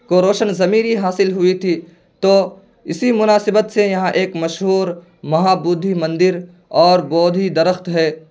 کو روشن ضمیری حاصل ہوئی تھی تو اسی مناسبت سے یہاں ایک مشہور مہا بدھی مندر اور بودھی درخت ہے